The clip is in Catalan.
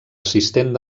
assistent